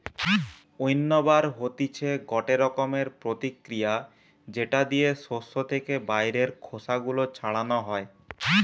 উইন্নবার হতিছে গটে রকমের প্রতিক্রিয়া যেটা দিয়ে শস্য থেকে বাইরের খোসা গুলো ছাড়ানো হয়